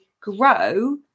grow